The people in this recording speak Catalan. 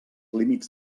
límits